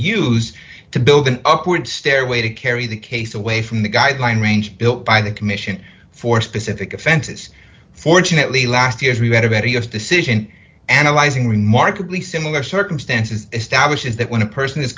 use to build an upward stairway to carry the case away from the guideline range built by the commission for specific offenses fortunately last years we had a better us decision analyzing remarkably similar circumstances establishes that when a person is